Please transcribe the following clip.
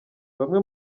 bamwe